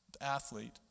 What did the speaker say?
athlete